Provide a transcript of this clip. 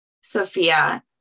Sophia